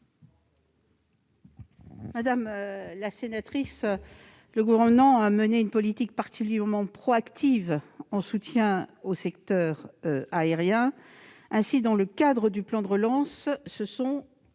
Madame la sénatrice, le Gouvernement a mené une politique particulièrement proactive de soutien au secteur aérien. Ainsi, dans le cadre du plan de relance, 1,57